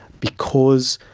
because